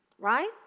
Right